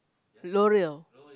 L'oreal